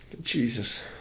Jesus